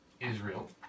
Israel